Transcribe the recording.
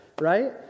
right